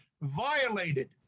violated